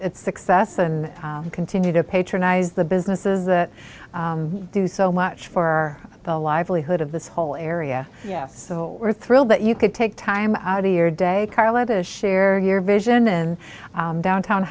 success and continue to patronize the businesses that do so much for the livelihood of this whole area yeah so we're thrilled that you could take time out of your day carla to share your vision and downtown